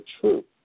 true